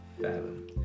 fathom